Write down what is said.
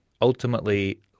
ultimately